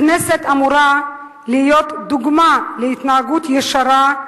הכנסת אמורה להיות דוגמה להתנהגות ישרה,